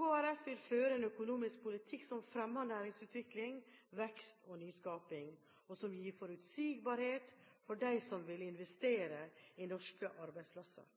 Kristelig Folkeparti vil føre en økonomisk politikk som fremmer næringsutvikling, vekst og nyskaping, og som gir forutsigbarhet for dem som vil investere i norske arbeidsplasser.